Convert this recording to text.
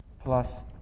plus